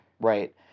Right